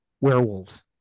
werewolves